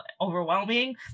overwhelming